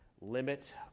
limit